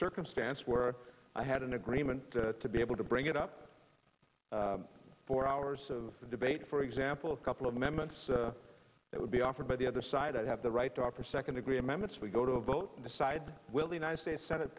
circumstance where i had an agreement to be able to bring it up for hours of debate for example a couple of minutes that would be offered by the other side i have the right to offer second degree amendments we go to a vote decide will the united states senate